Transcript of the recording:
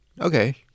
Okay